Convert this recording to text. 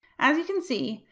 as you can see,